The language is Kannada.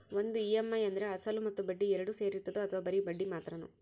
ಒಂದು ಇ.ಎಮ್.ಐ ಅಂದ್ರೆ ಅಸಲು ಮತ್ತೆ ಬಡ್ಡಿ ಎರಡು ಸೇರಿರ್ತದೋ ಅಥವಾ ಬರಿ ಬಡ್ಡಿ ಮಾತ್ರನೋ?